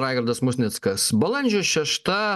raigardas musnickas balandžio šešta